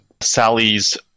Sally's